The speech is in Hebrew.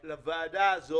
אני לא יודע אם לוועדה הזאת